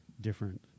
different